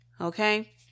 Okay